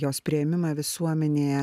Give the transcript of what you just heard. jos priėmimą visuomenėje